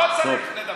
לא צריך לדווח.